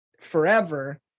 forever